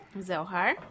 Zohar